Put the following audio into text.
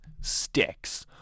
sticks